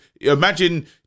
Imagine